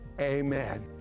Amen